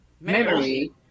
memory